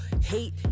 hate